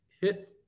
hit